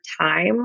time